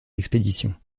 l’expédition